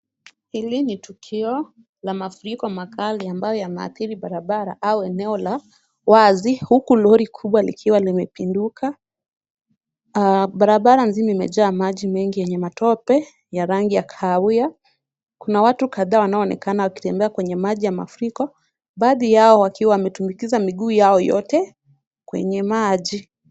Hili ni tukio la mafuriko makali ambayo yameathiri barabara au eneo la wazi ,huku lori kubwa likiwa limepinduka. Barabara nzima imejaa maji mengi yenye matope ya rangi ya kahawia, kuna watu kadhaa wanaoonekana wakitembea kwenye maji ya mafuriko baadhi yao wakiwa wametumbukiza miguu yao yote kwenye maji.